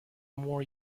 more